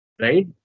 right